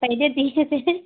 पहले दिए थे